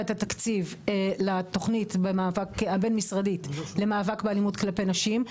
את התקציב לתוכנית הבין משרדית למאבק באלימות כלפי נשים.